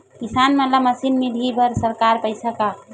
किसान मन ला मशीन मिलही बर सरकार पईसा का?